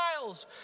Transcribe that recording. miles